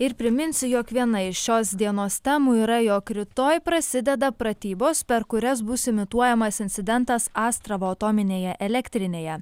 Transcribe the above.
ir priminsiu jog viena iš šios dienos temų yra jog rytoj prasideda pratybos per kurias bus imituojamas incidentas astravo atominėje elektrinėje